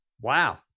Wow